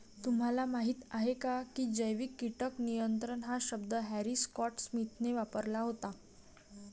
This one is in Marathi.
तुम्हाला माहीत आहे का की जैविक कीटक नियंत्रण हा शब्द हॅरी स्कॉट स्मिथने वापरला होता?